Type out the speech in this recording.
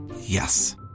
Yes